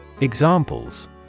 Examples